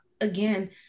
again